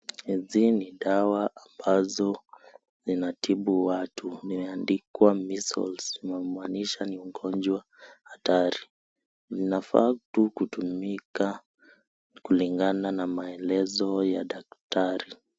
Hizi ni dawa ambazo zinatibu watu, limeandikwa Measles inamaanisha ni ugonjwa hatari, zinafaa tu kutumika kulingana na maelezo ya daktari.